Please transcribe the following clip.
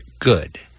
Good